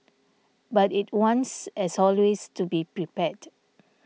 but it wants as always to be prepared